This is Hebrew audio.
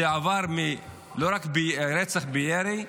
זה כבר לא רק רצח בירי,